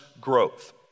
growth